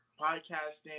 podcasting